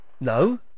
No